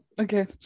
Okay